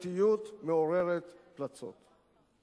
בשיטתיות מעוררת פלצות.